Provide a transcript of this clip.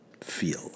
feel